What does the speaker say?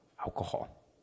alcohol